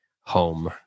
Home